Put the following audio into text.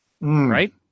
right